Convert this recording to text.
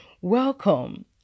Welcome